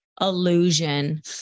illusion